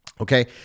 Okay